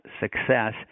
success